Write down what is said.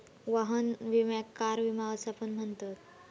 वाहन विम्याक कार विमा असा पण म्हणतत